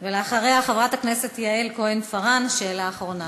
אחריה, חברת הכנסת יעל כהן-פארן, שאלה אחרונה.